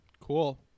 Cool